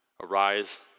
Arise